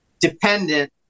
dependent